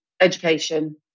education